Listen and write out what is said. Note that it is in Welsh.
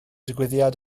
digwyddiad